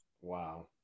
Wow